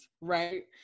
right